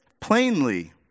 plainly